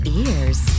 ears